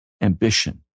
Ambition